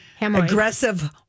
aggressive